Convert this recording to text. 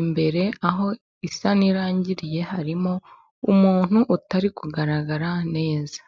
imbere aho isa n'irangiriye harimo umuntu utari kugaragara neza.